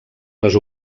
les